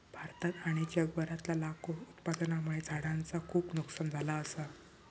भारतात आणि जगभरातला लाकूड उत्पादनामुळे झाडांचा खूप नुकसान झाला असा